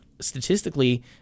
statistically